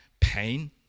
pain